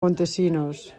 montesinos